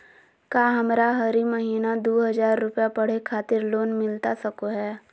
का हमरा हरी महीना दू हज़ार रुपया पढ़े खातिर लोन मिलता सको है?